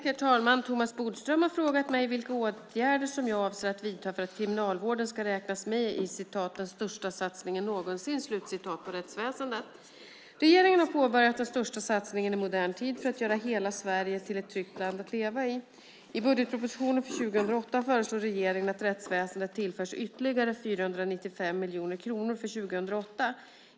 Herr talman! Thomas Bodström har frågat mig vilka åtgärder jag avser att vidta för att Kriminalvården ska räknas med i "den största satsningen någonsin" på rättsväsendet. Regeringen har påbörjat den största satsningen i modern tid för att göra hela Sverige till ett tryggt land att leva i. I budgetpropositionen för 2008 föreslår regeringen att rättsväsendet tillförs ytterligare 495 miljoner kronor för 2008.